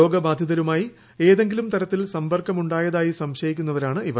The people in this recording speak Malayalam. രോഗബാധിതരുമായി ഏതെങ്കിലും തരത്തിൽ സമ്പർക്കമുണ്ടായതായി സംശയിക്കുന്നവരാണിവർ